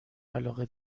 علاقه